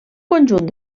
conjunt